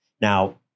Now